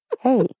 Hey